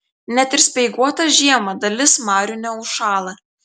net ir speiguotą žiemą dalis marių neužšąla